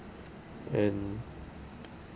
and